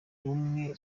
bumwe